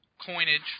coinage